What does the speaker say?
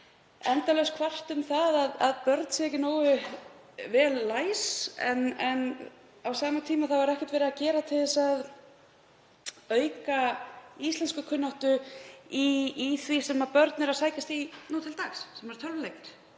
endalausar kvartanir um að börn séu ekki nógu vel læs. Á sama tíma er ekkert verið að gera til að auka íslenskukunnáttu í því sem börn sækjast í nú til dags, sem eru tölvuleikir